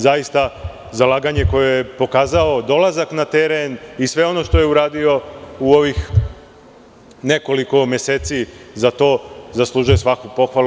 Zaista, zalaganje koje je pokazao, dolazak na teren i sve ono što je uradio u ovih nekoliko meseci za to, zaslužuje svaku pohvalu.